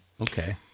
Okay